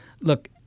Look